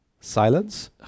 silence